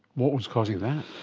what was causing that?